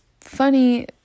funny